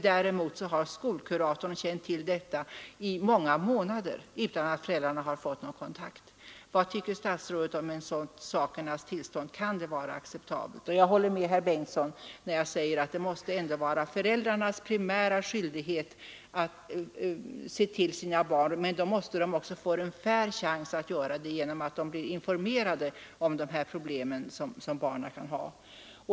Däremot har skolkuratorn känt till det i många månader utan att någon kontakt tagits med föräldrarna. Vad tycker statsrådet om ett sådant sakernas tillstånd? Kan det vara acceptabelt? Jag håller med herr Bengtsson när han säger att det absolut är föräldrarnas primära skyldighet att se till sina barn, men att de då också måste få en fair chans att göra det genom att de blir informerade om de problem som barnen kan ha.